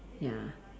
ya